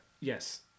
Yes